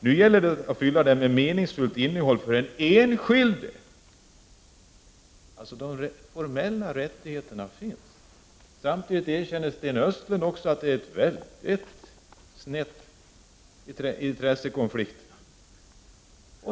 Nu gäller det att fylla dessa med för den enskilde meningsfullt innehåll. De formella rättigheterna finns alltså. Samtidigt erkänner Sten Östlund att det är en mycket sned intressekonflikt.